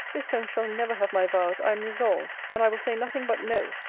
this solmes shall never have my vows i am resolved! and i will say nothing but no,